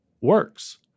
works